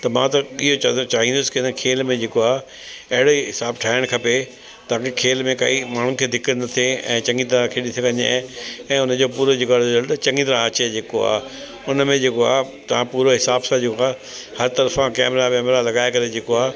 त मां त ईअ चवंदो चाहींदसि खेल में जेको आहे अहिड़ी हिसाब ठाहिणु खपे ताकि खेल में काई माण्हू खे दिक़त न थिए ऐं चङी तरह खेॾी वञे ऐं उनजो पूरो जेको आहे रिसल्ट चङी तरह अचे जेको आहे उनमें जेको आहे तव्हां पूरे हिसाब सां जेको आहे हर तरफा कैमरा वैमरा लॻाए करे जेको आहे